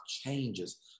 changes